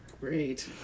Great